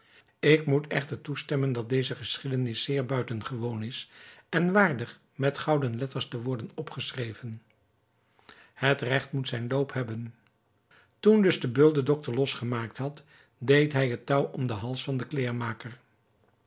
ik moet echter toestemmen dat deze geschiedenis zeer buitengewoon is en waardig met gouden letters te worden opgeschreven het regt moet zijn loop hebben toen dus de beul den doctor los gemaakt had deed hij het touw om den hals van den kleêrmaker